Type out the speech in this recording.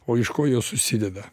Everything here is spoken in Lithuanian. o iš ko jos susideda